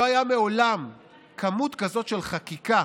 לא הייתה מעולם כמות כזאת של חקיקה